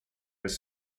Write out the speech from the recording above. with